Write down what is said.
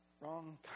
Wrong